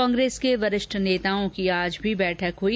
कांग्रेस के वरिष्ठ नेताओं की आज बैठक भी हुई